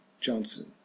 JOHNSON